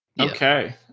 Okay